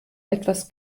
etwas